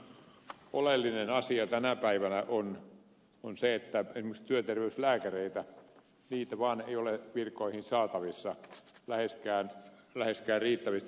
mutta yksi sellainen oleellinen asia tänä päivänä on se että esimerkiksi työterveyslääkäreitä vaan ei ole virkoihin saatavissa läheskään riittävästi